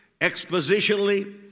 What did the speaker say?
expositionally